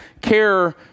care